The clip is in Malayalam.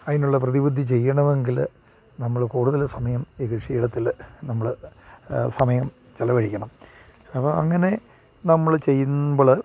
അതിനുള്ള പ്രതിവിധി ചെയ്യണമെങ്കിൽ നമ്മൾ കൂടുതൽ സമയം ഈ കൃഷിയിടത്തിൽ നമ്മൾ സമയം ചിലവഴിക്കണം അപ്പോൾ അങ്ങനെ നമ്മൾ ചെയ്യുമ്പോൾ